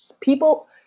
people